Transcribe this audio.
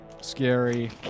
scary